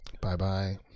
Bye-bye